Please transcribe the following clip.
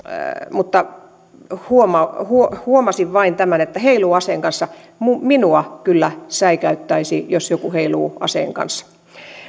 mutta huomasin vain tämän heiluu aseen kanssa minua kyllä säikäyttäisi jos joku heiluu aseen kanssa